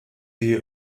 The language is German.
die